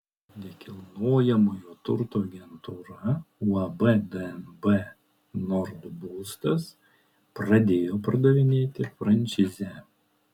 nekilnojamojo turto agentūra uab dnb nord būstas pradėjo pardavinėti franšizę